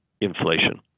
Inflation